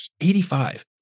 85